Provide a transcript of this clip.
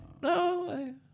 No